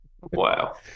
Wow